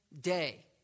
day